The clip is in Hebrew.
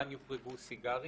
כאן יוחרגו סיגרים.